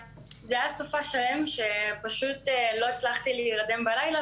סופ"ש שלם שבו לא הצלחתי להירדם בלילה